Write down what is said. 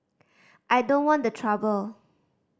I don't want the trouble